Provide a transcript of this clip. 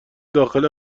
داخل